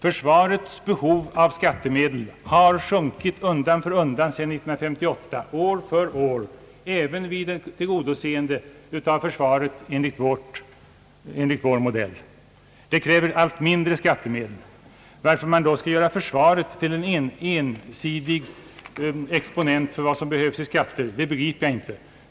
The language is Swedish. Försvarets relativa behov av skattemedel har sjunkit sedan 1958 år för år även vid tillgodoseende av behoven för ett försvar enligt vår modell. Försvaret kräver allt mindre skattemedel. Jag begriper därför inte varför man skall göra försvaret till en ensidig exponent för vad som behövs i skatter.